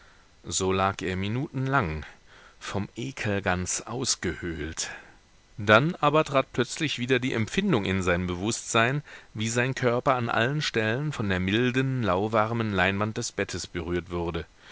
so lag er minuten lang vom ekel ganz ausgehöhlt dann aber trat plötzlich wieder die empfindung in sein bewußtsein wie sein körper an allen stellen von der milden lauwarmen leinwand des bettes berührt wurde